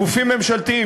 גופים ממשלתיים,